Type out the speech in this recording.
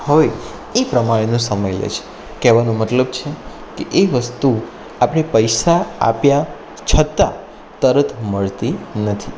હોય એ પ્રમાણેનો સમય લે છે કહેવાનો મતલબ છે કે એ વસ્તુ આપણે પૈસા આપ્યા છતાં તરત મળતી નથી